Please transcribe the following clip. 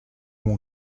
mon